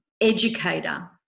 educator